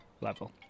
level